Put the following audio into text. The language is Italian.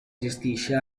gestisce